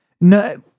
No